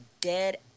dead